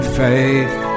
faith